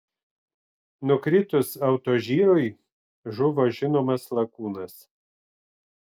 nukritus autožyrui žuvo žinomas lakūnas